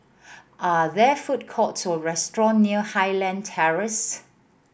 are there food courts or restaurant near Highland Terrace